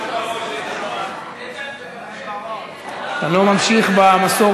2. כן החליטה הממשלה בהתאם לסעיף 31(ד)